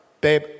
babe